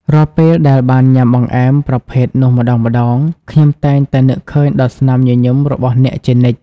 រាល់ពេលដែលបានញ៉ាំបង្អែមប្រភេទនោះម្ដងៗ ខ្ញុំតែងតែនឹកឃើញដល់ស្នាមញញឹមរបស់អ្នកជានិច្ច។